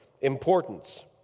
importance